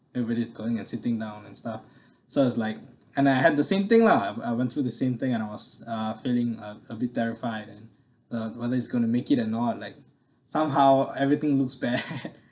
everybody's going and sitting down and stuff so it's like and I had the same thing lah I went through the same thing and I was uh feeling a a bit terrified and uh whether it's going to make it or not like somehow everything looks bad